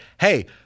hey